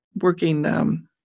working